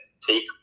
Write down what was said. take